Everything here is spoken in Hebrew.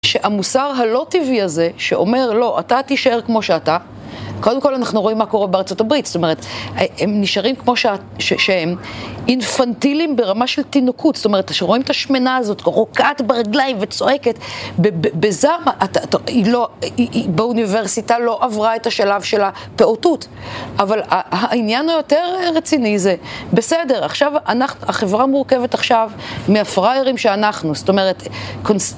שהמוסר הלא טבעי הזה, שאומר, לא, אתה תישאר כמו שאתה, קודם כל אנחנו רואים מה קורה בארצות הברית, זאת אומרת, הם נשארים כמו שהם אינפנטילים ברמה של תינוקות, זאת אומרת, שרואים את השמנה הזאת, רוקעת ברגליים וצועקת, בזעם, היא לא, באוניברסיטה לא עברה את השלב של הפעוטות, אבל העניין היותר רציני זה, בסדר, עכשיו, החברה מורכבת עכשיו מהפראיירים שאנחנו, זאת אומרת,